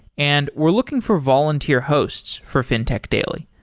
and we're looking for volunteer hosts for fintech daily.